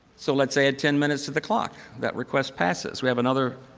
so let's add ten minutes to the clock. that request passes. we have another